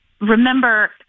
remember